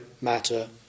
matter